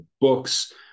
books